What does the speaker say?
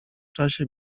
czasie